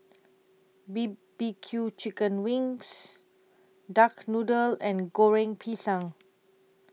B B Q Chicken Wings Duck Noodle and Goreng Pisang